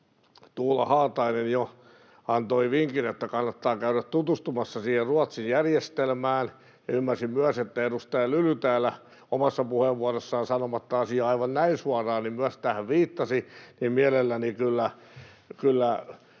Tuula Haatainen jo antoi vinkin, että kannattaa käydä tutustumassa siihen Ruotsin järjestelmään, ja ymmärsin, että edustaja Lyly täällä omassa puheenvuorossaan sanomatta asiaa aivan näin suoraan myös tähän viittasi, ja mielelläni kyllä,